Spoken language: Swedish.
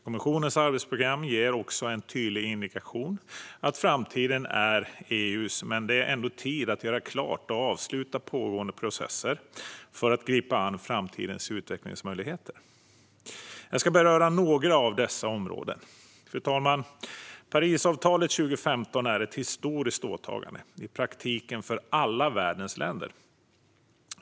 Kommissionens arbetsprogram ger också en tydlig indikation att framtiden är EU:s, men det är ändå tid att göra klart och avsluta pågående processer för att gripa an framtidens utvecklingsmöjligheter. Fru talman! Jag ska beröra några av dessa områden. Parisavtalet 2015 är ett historiskt åtagande, i praktiken för världens alla länder.